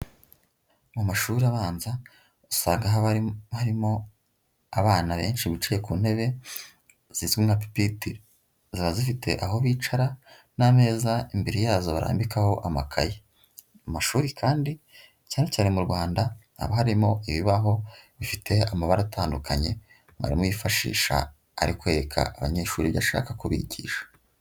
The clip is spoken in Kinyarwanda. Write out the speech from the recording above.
Mu mashuri abanza, usanga haba harimo abana benshi bicaye ku ntebe zizwi nka pipitire. Ziba zifite aho bicara n'ameza imbere yazo barambikaho amakaye, amashuri kandi cyane cyane mu Rwanda, haba harimo ibibaho bifite amabara atandukanye, mwarimu yifashisha ari kwereka abanyeshuri ibyo ashaka kubigisha.